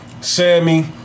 Sammy